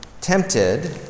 tempted